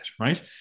right